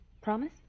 Promise